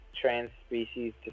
Trans-species